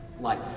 life